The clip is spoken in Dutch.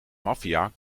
maffia